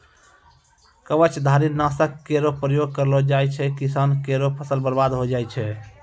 कवचधारी? नासक केरो प्रयोग करलो जाय सँ किसान केरो फसल बर्बाद होय जाय छै